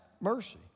mercy